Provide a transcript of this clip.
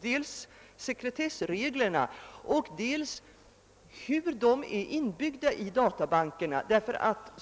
dels med sekretessreglerna och dels med hur de är inbyggda i databankerna.